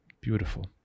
Beautiful